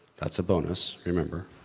that's a bonus, remember?